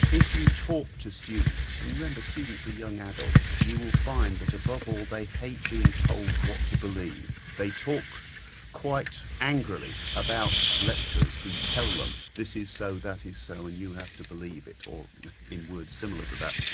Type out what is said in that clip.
if you talk to students and remember students are young adults, you will find that above all they hate being told what to believe. they talk quite angrily about lecturers who tell them, this is so that is so and you have to believe it', or in words similar to that.